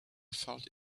felt